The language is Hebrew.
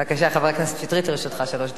בבקשה, חבר הכנסת שטרית, לרשותך שלוש דקות.